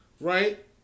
right